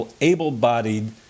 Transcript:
able-bodied